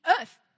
earth